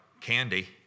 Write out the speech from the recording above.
candy